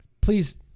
please